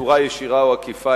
בצורה ישירה או עקיפה,